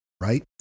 right